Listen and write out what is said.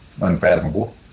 unfathomable